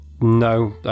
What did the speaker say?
no